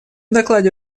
докладе